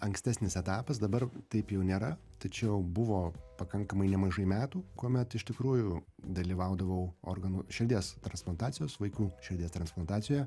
ankstesnis etapas dabar taip jau nėra tačiau buvo pakankamai nemažai metų kuomet iš tikrųjų dalyvaudavau organų širdies transplantacijos vaikų širdies transplantacijoje